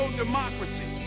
democracy